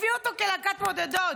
הביא אותו כלהקת מעודדות.